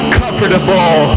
comfortable